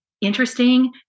interesting